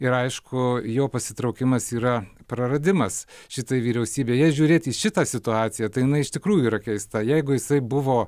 ir aišku jo pasitraukimas yra praradimas šitoje vyriausybėje žiūrėti į šitą situaciją tai jinai iš tikrųjų yra keista jeigu jisai buvo